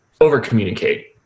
over-communicate